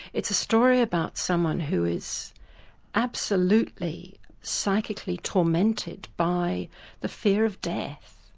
it's a story about someone who is absolutely psychically tormented by the fear of death,